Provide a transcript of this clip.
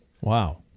Wow